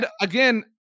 again